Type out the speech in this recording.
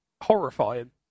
Horrifying